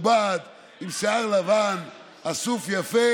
חודשיים או שבוע או שבועיים או כמה חודשים כדי לדחות רק בקצת את